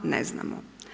Ne znamo.